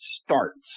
starts